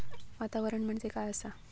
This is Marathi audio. वातावरण म्हणजे काय असा?